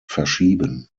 verschieben